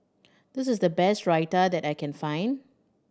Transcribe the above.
this is the best Raita that I can find